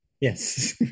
Yes